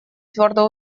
твердо